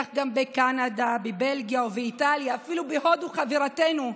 כך בקנדה, בבלגיה ובאיטליה, אפילו בהודו חברתנו,